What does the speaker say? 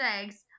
eggs